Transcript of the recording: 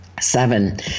Seven